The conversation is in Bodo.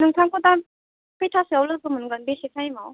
नोंथांखौ दा खैथासोआव लोगो मोनगोन बेसे टाइमाव